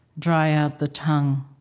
dry out the tongue,